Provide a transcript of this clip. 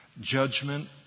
Judgment